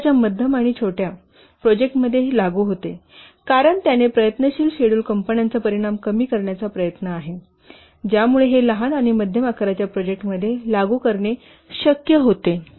हे छोट्या आणि मध्यम आकाराच्या प्रोजेक्ट मध्ये लागू होते कारण त्याने प्रयत्नशील शेड्यूल कंपन्यांचा परिणाम कमी करण्याचा प्रयत्न केला आहे ज्यामुळे हे लहान आणि मध्यम आकाराच्या प्रोजेक्टमध्ये लागू करणे शक्य होते